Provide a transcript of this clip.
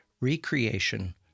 Recreation